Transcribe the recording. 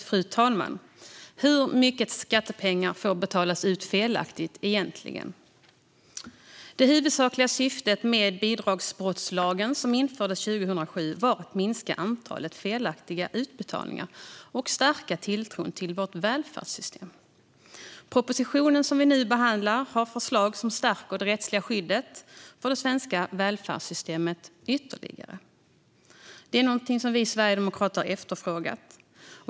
Fru talman! Hur mycket skattepengar får egentligen betalas ut felaktigt? Det huvudsakliga syftet med bidragsbrottslagen som infördes 2007 var att minska antalet felaktiga utbetalningar och att stärka tilltron till vårt välfärdsystem. Propositionen som vi nu behandlar har förslag som stärker det rättsliga skyddet för det svenska välfärdssystemet ytterligare. Detta är någonting som vi sverigedemokrater har efterfrågat.